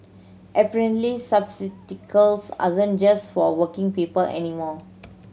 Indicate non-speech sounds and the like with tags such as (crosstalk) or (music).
apparently (unintelligible) just for working people anymore